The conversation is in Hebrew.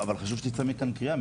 אבל חשוב שתצא מכאן קריאה.